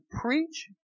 preach